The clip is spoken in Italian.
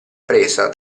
presa